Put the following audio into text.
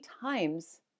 times